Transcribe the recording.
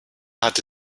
hatte